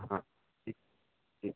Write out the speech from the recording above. हा ठीक ठीक